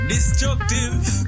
Destructive